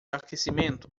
aquecimento